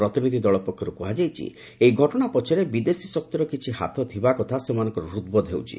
ପ୍ରତିନିଧି ଦଳ ପକ୍ଷରୁ କୁହାଯାଇଛି ଏହି ଘଟଣା ପଛରେ ବିଦେଶୀ ଶକ୍ତିର କିଛି ହାତ ଥିବା କଥା ସେମାନଙ୍କର ହୃଦ୍ବୋଧ ହେଉଛି